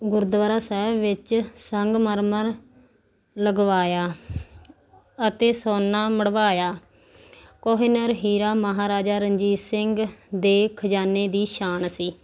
ਗੁਰਦੁਆਰਾ ਸਾਹਿਬ ਵਿੱਚ ਸੰਗਮਰਮਰ ਲਗਵਾਇਆ ਅਤੇ ਸੋਨਾ ਮੜ੍ਹਵਾਇਆ ਕੋਹਿਨੂਰ ਹੀਰਾ ਮਹਾਰਾਜਾ ਰਣਜੀਤ ਸਿੰਘ ਦੇ ਖਜ਼ਾਨੇ ਦੀ ਸ਼ਾਨ ਸੀ